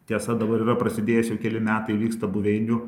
tiesa dabar yra prasidėjęs jau keli metai vyksta buveinių